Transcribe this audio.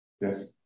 Yes